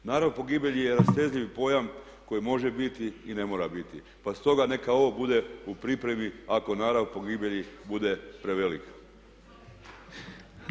Narav pogibelji je rastezljivi pojam koji može biti i ne mora biti pa stoga neka ovo bude u pripremi ako narav pogibelji bude prevelik.